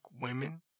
women